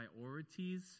priorities